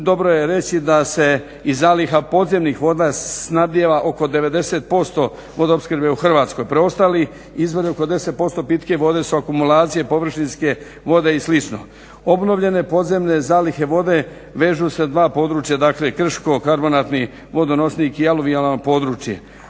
dobro je reći da se iz zaliha podzemnih voda snabdijeva oko 90% vodoopskrbe u Hrvatskoj. Preostali izvori oko 10% pitke vode su akumulacije, površinske vode i slično. Obnovljene podzemne zalihe vode vežu se uz dva područja, dakle krško karbonatni vodonosnik i aluvijalno područje.